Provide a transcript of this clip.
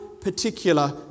particular